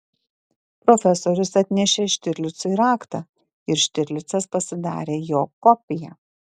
profesorius atnešė štirlicui raktą ir štirlicas pasidarė jo kopiją